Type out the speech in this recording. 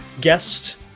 guest